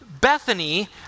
Bethany